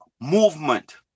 Movement